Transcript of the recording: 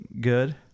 good